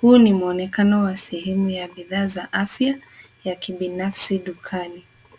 Huo ni muonekano wa sehemu ya bidhaa za afya ya kibinafsi dukani.